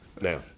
now